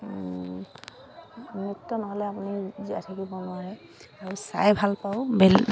নৃত্য নহ'লে আপুনি জীয়াই থাকিব নোৱাৰে আৰু চাই ভাল পাওঁ